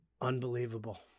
Unbelievable